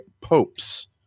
popes